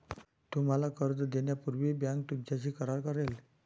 तुम्हाला कर्ज देण्यापूर्वी बँक तुमच्याशी करार करेल